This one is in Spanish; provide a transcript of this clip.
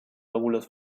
lóbulos